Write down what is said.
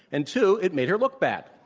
and two, it made her look bad.